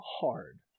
hard